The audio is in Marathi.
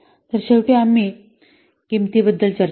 तर शेवटी आम्ही किंमतीबद्दल चर्चा केली